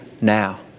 now